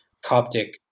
Coptic